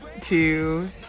two